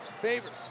favors